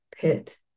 pit